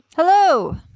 hello.